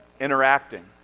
interacting